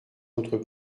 autres